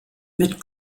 mit